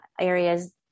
areas